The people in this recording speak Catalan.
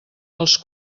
dels